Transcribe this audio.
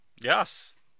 Yes